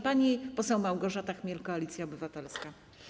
Pani poseł Małgorzata Chmiel, Koalicja Obywatelska.